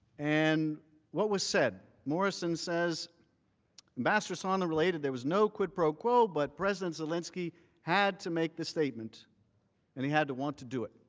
and what was said? morrison says ambassador sondland related there was no quid pro quo but president zelensky had to make a statement and he had to want to do it.